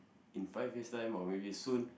in five years time or maybe soon